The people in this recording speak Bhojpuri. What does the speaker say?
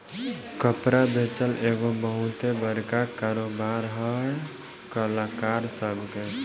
कपड़ा बेचल एगो बहुते बड़का कारोबार है कलाकार सभ के